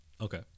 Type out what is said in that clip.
Okay